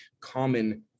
common